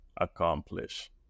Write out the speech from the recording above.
accomplish